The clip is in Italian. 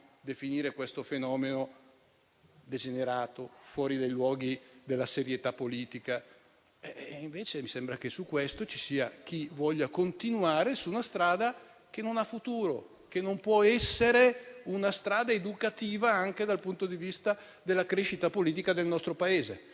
definire questo come un fenomeno degenerato, fuori dai luoghi della serietà politica. Invece, mi sembra che vi sia chi voglia continuare su una strada che non ha futuro, che non può essere una strada educativa, anche dal punto di vista della crescita politica del nostro Paese.